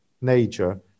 nature